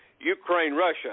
Ukraine-Russia